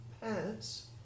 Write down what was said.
pants